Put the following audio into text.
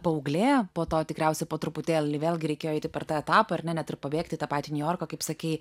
paauglė po to tikriausiai po truputėlį vėlgi reikėjo eiti per tą etapą ar ne net ir pabėgti į tą patį niujorką kaip sakei